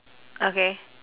okay